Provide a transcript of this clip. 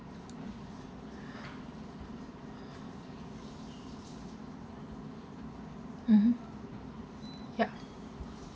mmhmm yup